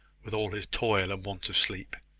with all his toil and want of sleep.